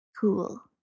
Cool